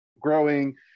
growing